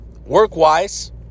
Work-wise